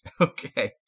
Okay